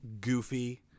goofy